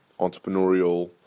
entrepreneurial